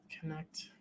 connect